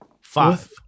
Five